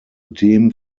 dem